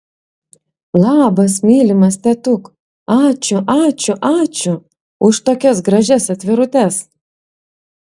labas mylimas tetuk ačiū ačiū ačiū už tokias gražias atvirutes